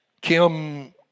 Kim